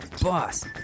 Boss